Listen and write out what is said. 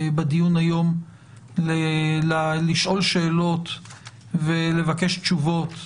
בדיון היום לשאול שאלות ולבקש תשובות